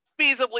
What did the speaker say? feasibly